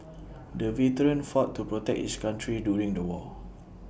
the veteran fought to protect his country during the war